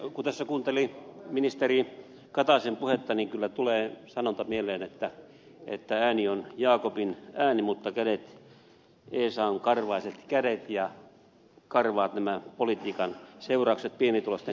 kun tässä kuunteli ministeri kataisen puhetta tulee kyllä mieleen sanonta että ääni on jaakobin ääni mutta kädet esaun karvaiset kädet ja karvaat ovat nämä politiikan seuraukset pienituloisten kannalta